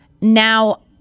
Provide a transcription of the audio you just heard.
Now